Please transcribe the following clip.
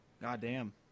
Goddamn